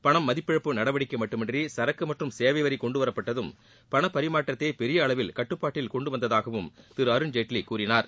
பணம் மதிப்பிழப்பு நடவடிக்கை மட்டுமின்றி சரக்கு மற்றும் சேவை வரி கொண்டு வரப்பட்டதும் பணப்பரிமாற்றத்தை பெரிய அளவில் கட்டுபாட்டில் கொண்டு வந்ததாகவும் திரு அருண்ஜேட்லி கூறினார்